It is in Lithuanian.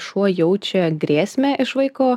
šuo jaučia grėsmę iš vaiko